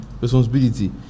responsibility